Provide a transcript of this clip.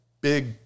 big